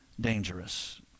dangerous